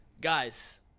Guys